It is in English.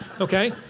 okay